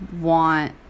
want